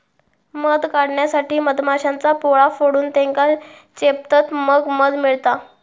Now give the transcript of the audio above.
मध काढण्यासाठी मधमाश्यांचा पोळा फोडून त्येका चेपतत मग मध मिळता